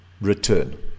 return